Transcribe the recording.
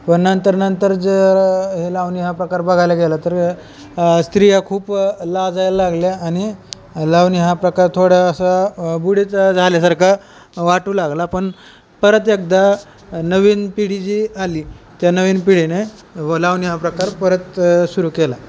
पण नंतर नंतर जर हे लावणी हा प्रकार बघायला गेला तर स्त्रिया खूप लाजायला लागल्या आणि लावणी हा प्रकार थोडा असा बुडीचा झाल्यासारखा वाटू लागला पण परत एकदा नवीन पिढी जी आली त्या नवीन पिढीने व लावणी हा प्रकार परत सुरू केला